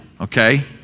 okay